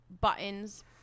buttons